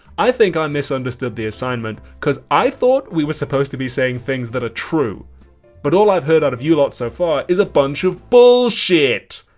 i think i misunderstood the assignment cause i thought we were supposed to be saying things that are true but all i've heard out of you lot so far is a bunch of bullshit!